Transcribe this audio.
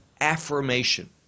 affirmation